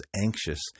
anxious